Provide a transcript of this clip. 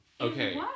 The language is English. Okay